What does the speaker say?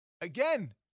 again